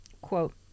quote